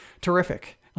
terrific